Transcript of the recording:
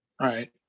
right